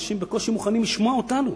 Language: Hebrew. אנשים בקושי מוכנים לשמוע אותנו.